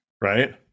Right